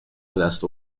بدست